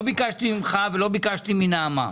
לא ביקשתי ממך ולא ביקשתי מנעמה.